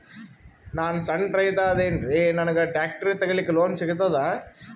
ನಾನ್ ಸಣ್ ರೈತ ಅದೇನೀರಿ ನನಗ ಟ್ಟ್ರ್ಯಾಕ್ಟರಿ ತಗಲಿಕ ಲೋನ್ ಸಿಗತದ?